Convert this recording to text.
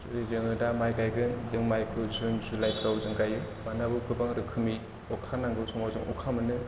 जेरै जोङो दा माइ गायगोन जों माइखौ जुन जुलाइफोराव गायो मानोना बेयाव गोबां रोखोमनि अखा नांगौ समाव अखा मोनो